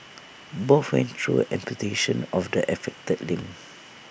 both went through amputation of the affected limb